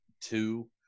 two –